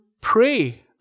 pray